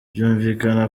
byumvikane